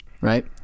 right